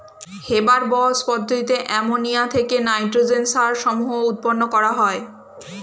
Haber Bosch পদ্ধতিতে ammonia থেকে nitrogen সার সমূহ উৎপন্ন করা হয়